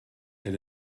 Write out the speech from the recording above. est